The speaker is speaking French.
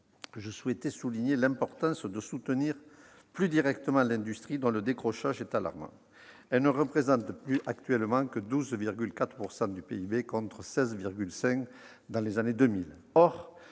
je souhaitais souligner l'importance de soutenir plus directement l'industrie, dont le décrochage est alarmant : elle ne représente actuellement plus que 12,4 % du PIB, contre 16,5 % dans les années 2000.